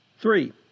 Three